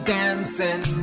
dancing